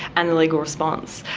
and the legal response.